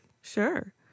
Sure